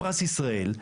פרס ישראל,